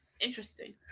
Interesting